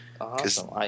Awesome